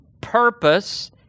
purpose